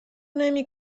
نمی